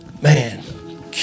Man